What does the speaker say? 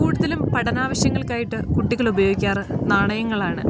കൂടുതലും പഠനാവശ്യങ്ങൾക്ക് ആയിട്ട് കുട്ടികൾ ഉപയോഗിക്കാറ് നാണയങ്ങളാണ്